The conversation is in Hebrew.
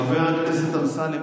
חבר הכנסת אמסלם,